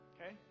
Okay